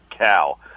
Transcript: cow